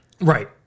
Right